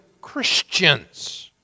Christians